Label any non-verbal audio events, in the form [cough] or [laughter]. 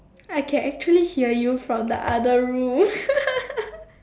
I can actually hear you from the other room [laughs]